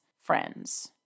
friends